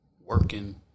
working